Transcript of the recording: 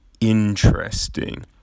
interesting